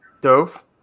Dove